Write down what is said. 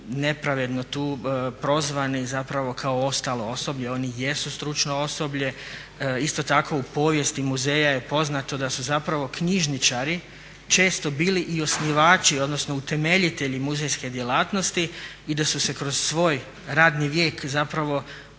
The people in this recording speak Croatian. nepravedno tu prozvani zapravo kao ostalo osoblje. Oni jesu stručno osoblje. Isto tako u povijesti muzeja je poznato da su zapravo knjižari često bili i osnivači odnosno utemeljitelji muzejske djelatnosti i da su se kroz svoj radni vijek zapravo